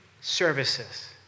services